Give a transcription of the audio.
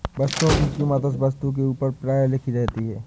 वस्तुओं की कीमत उस वस्तु के ऊपर प्रायः लिखी रहती है